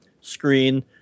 screen